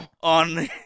On